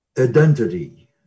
identity